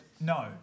No